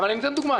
אני אתן דוגמה.